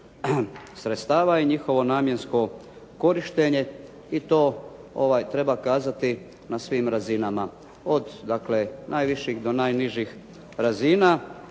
sredstava i njihovo namjensko korištenje i to treba kazati na svim razinama od dakle najviših do najnižih razina